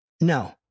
no